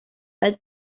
when